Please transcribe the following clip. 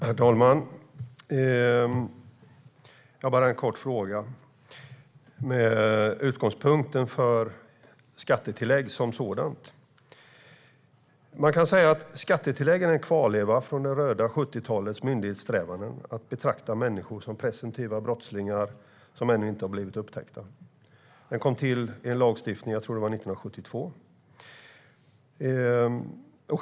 Herr talman! Jag har bara en kort fråga om utgångspunkten för skattetillägg som sådant. Man kan säga att skattetillägg är en kvarleva från det röda 70-talets myndighetssträvanden att betrakta människor som presumtiva brottslingar som ännu inte blivit upptäckta. Det kom till i en lagstiftning 1972, tror jag att det var.